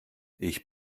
ich